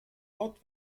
ort